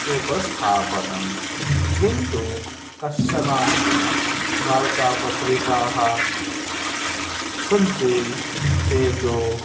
उपस्थापनं किन्तु कश्चन वार्तापत्रिकाः स् सन्ति ते तु